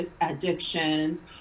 addictions